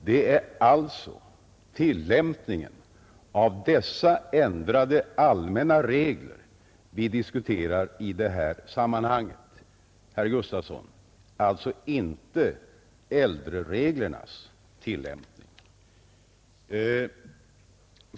Det är alltså tillämpningen av dessa ändrade allmänna regler vi diskuterar i detta sammanhang, herr Gustavsson, och inte äldrereglernas tillämpning.